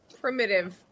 primitive